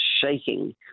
shaking